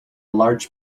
large